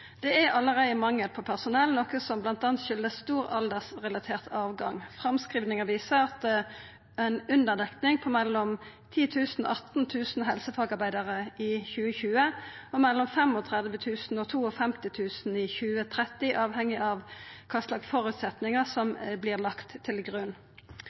Det er allereie mangel på personell, noko som bl.a. kjem av stor aldersrelatert avgang. Framskrivingar viser at det vil vera ei underdekning på mellom 10 000 og 18 000 helsefagarbeidarar i 2020 og mellom 35 000 og 52 000 i 2030, avhengig av kva for føresetnader som vert lagde til grunn.